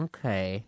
Okay